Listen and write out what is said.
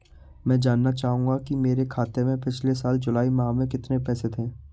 मैं जानना चाहूंगा कि मेरे खाते में पिछले साल जुलाई माह में कितने पैसे थे?